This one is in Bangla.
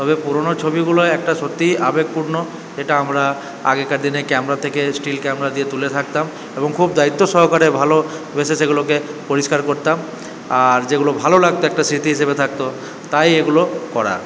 তবে পুরনো ছবি গুলো একটা সত্যি আবেগপূর্ণ এটা আমরা আগেকার দিনে ক্যামেরা থেকে স্টিল ক্যামেরা দিয়ে তুলে থাকতাম এবং খুব দায়িত্ব সহকারে ভালোবেসে ছবি গুলোকে পরিষ্কার করতাম আর যেগুলো ভালো লাগতো একটা স্মৃতি হিসাবে থাকতো তাই এগুলো করা